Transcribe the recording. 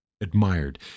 admired